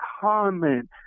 comment